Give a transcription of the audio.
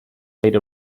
played